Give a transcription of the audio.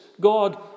God